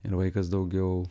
ir vaikas daugiau